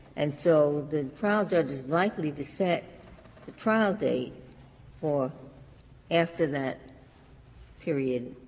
and so the trial judge is likely to set the trial date for after that period